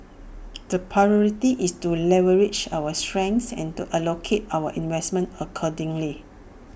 the priority is to leverage our strengths and to allocate our investments accordingly